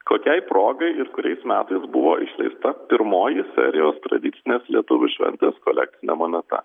kokiai progai ir kuriais metais buvo išleista pirmoji serijos tradicinės lietuvių šventės kolekcinė moneta